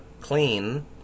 clean